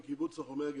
בקיבוץ לוחמי הגטאות.